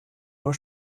nur